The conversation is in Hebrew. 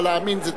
אבל להאמין זה,